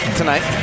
tonight